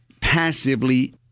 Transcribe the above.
passively